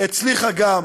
והצליחה גם